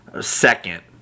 second